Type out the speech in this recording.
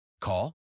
Call